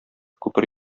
күпер